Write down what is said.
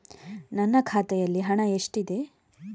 ನನ್ನ ಖಾತೆಯಲ್ಲಿ ಹಣ ಎಷ್ಟಿದೆ?